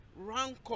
rancor